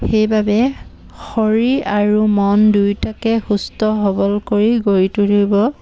সেইবাবে শৰীৰ আৰু মন দুয়োটাকে সুস্থ সবল কৰি গঢ়ি তুলিব